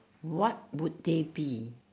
what would they be